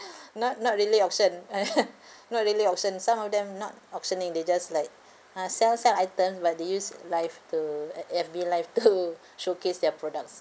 not not really auction not really auction some of them not auctioning they just like uh sell sell item but they use live to at F_B live to showcase their products